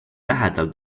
lähedal